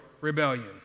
rebellion